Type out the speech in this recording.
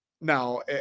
Now